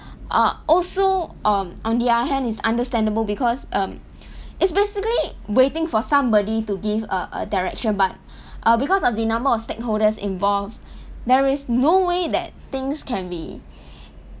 uh also um on the other hand it's understandable because um it's basically waiting for somebody to give err a direction but uh because of the number of stakeholders involved there is no way that things can be